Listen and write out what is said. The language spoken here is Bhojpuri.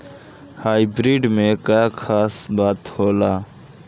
हाइब्रिड में का खास बात होला?